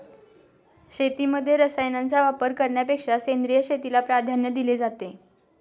शेतीमध्ये रसायनांचा वापर करण्यापेक्षा सेंद्रिय शेतीला प्राधान्य दिले जाते